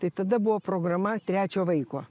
tai tada buvo programa trečio vaiko